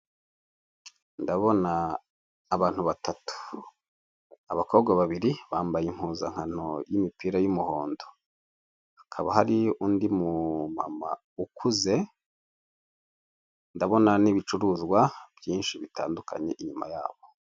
Ndabona abantu batatu. Abakobwa babiri bambaye impuzankano y'imipira y'umuhondo. Hakaba hari undi mumama ukuze, ndabona n'ibicuruzwa byinshi bitandukanye inyuma yabo.